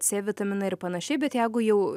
c vitaminai ir panašiai bet jeigu jau